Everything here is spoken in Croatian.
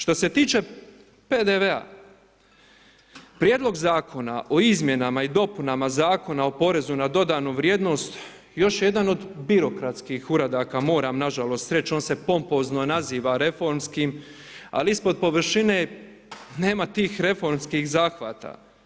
Što se tiče PDV-a prijedlog Zakona o izmjenama i dopunama Zakona o porezu na dodanu vrijednost, još jedan od birokratskih uradaka, moram nažalost, reći, on se pompozno naziva reformski, ali ispod površine, nema tih reformskih zahvata.